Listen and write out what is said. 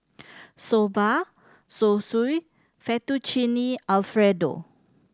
Soba Zosui Fettuccine Alfredo